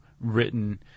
written